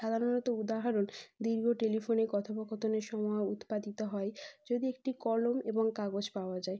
সাধারণত উদাহরণ দীর্ঘ টেলিফোনে কথোপকথনের সময় উৎপাদিত হয় যদি একটি কলম এবং কাগজ পাওয়া যায়